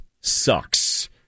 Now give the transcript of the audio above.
sucks